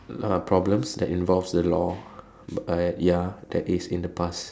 uh problems that involves the law err ya that is in the past